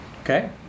okay